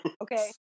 Okay